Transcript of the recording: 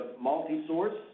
multi-source